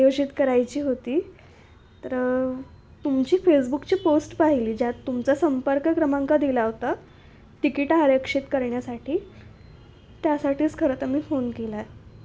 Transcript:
आयोजित करायची होती तर तुमची फेसबुकची पोस्ट पाहिली ज्यात तुमचा संपर्क क्रमांक दिला होता तिकीट आरक्षित करण्यासाठी त्यासाठीच खरं तर मी फोन केला आहे